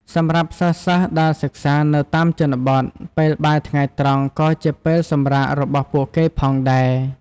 សម្រាប់សិស្សៗដែលសិក្សានៅតាមជនបទ ពេលបាយថ្ងៃត្រង់ក៏ជាពេលសម្រាករបស់ពួកគេផងដែរ។